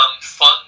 fun